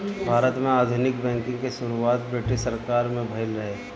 भारत में आधुनिक बैंकिंग के शुरुआत ब्रिटिस सरकार में भइल रहे